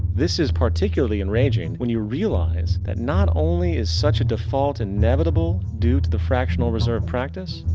this is particularly enraging when you realize, that not only is such a default inevitable due to the fractional reserve practice.